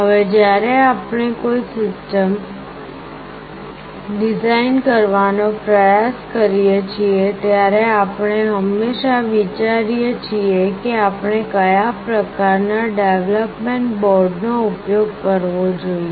હવે જ્યારે આપણે કોઈ સિસ્ટમ ડિઝાઇન કરવાનો પ્રયાસ કરીએ છીએ ત્યારે આપણે હંમેશા વિચારીએ છીએ કે આપણે કયા પ્રકારનાં ડેવલપમેન્ટ બોર્ડ નો ઉપયોગ કરવો જોઈએ